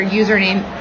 username